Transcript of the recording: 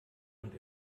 und